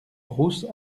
rousse